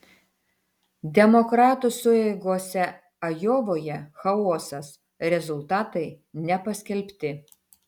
demokratų sueigose ajovoje chaosas rezultatai nepaskelbti